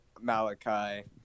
Malachi